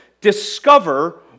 Discover